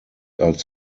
als